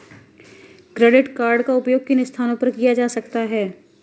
Credit card का उपयोग किन स्थानों पर किया जा सकता है?